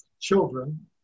children